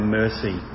mercy